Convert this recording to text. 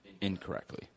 incorrectly